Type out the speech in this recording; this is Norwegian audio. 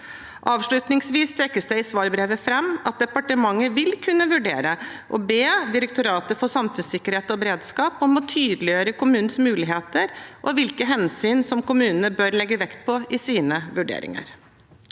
Avslutningsvis trekkes det i svarbrevet fram at departementet vil kunne vurdere å be Direktoratet for samfunnssikkerhet og beredskap om å tydeliggjøre kommunenes muligheter og hvilke hensyn kommunene bør legge vekt på i sine vurderinger.